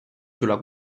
sulla